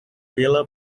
pela